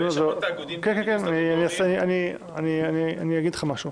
אני אגיד לך משהו.